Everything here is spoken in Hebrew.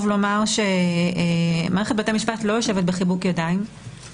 לומר שמערכת המשפט לא יושבת בחיבוק ידיים.